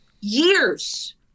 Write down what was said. years